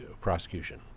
prosecution